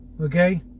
okay